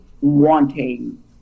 wanting